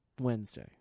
Wednesday